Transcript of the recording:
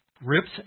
rips